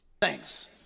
Thanks